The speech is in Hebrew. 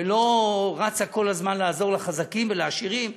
ולא רצה כל הזמן לעזור לחזקים ולעשירים?